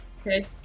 Okay